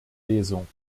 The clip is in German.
lesung